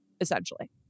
essentially